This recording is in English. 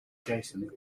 jason